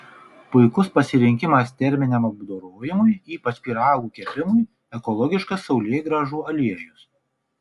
puikus pasirinkimas terminiam apdorojimui ypač pyragų kepimui ekologiškas saulėgrąžų aliejus